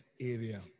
area